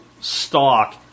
stock